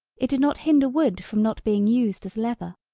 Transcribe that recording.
it did not hinder wood from not being used as leather.